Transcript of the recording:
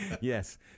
Yes